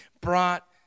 brought